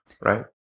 Right